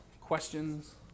Questions